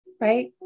right